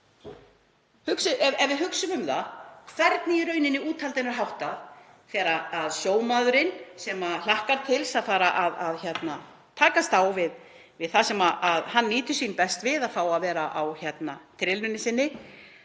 satt. Hugsum um það hvernig úthaldinu er í raun háttað. Sjómaðurinn sem hlakkar til að fara að takast á við það sem hann nýtur sín best við, að fá að vera á trillunni sinni,